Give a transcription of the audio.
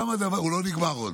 הוא לא נגמר עוד.